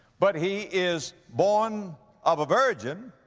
but he is born of a virgin.